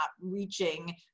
reaching